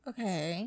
Okay